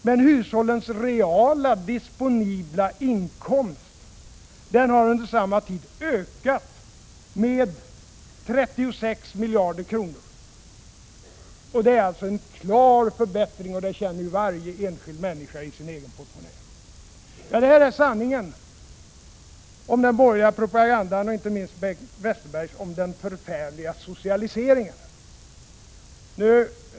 Men hushållens reala disponibla inkomst har under samma tid ökat med 36 miljarder kronor. Det är en klar förbättring, och det känner varje enskild människa i sin egen portmonnä. Detta är sanningen om den borgerliga propagandan och inte minst, Bengt Westerberg, om den förfärliga socialiseringen.